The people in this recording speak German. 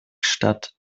statt